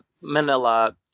Manila